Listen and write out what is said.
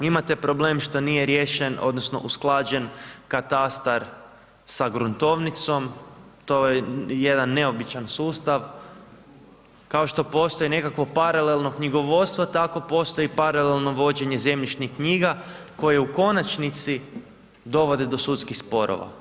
Imate problem što nije riješen odnosno usklađen katastar sa gruntovnicom, to je jedan neobičan sustav, kao što postoji nekakvo paralelno knjigovodstvo, tako postoji paralelno vođenje zemljišnih knjiga koje u konačnici dovode do sudskih sporova.